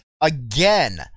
again